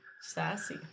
Sassy